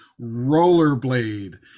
Rollerblade